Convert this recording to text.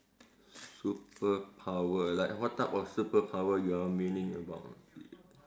superpower like what type of superpower you're meaning about